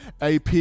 AP